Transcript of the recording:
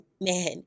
man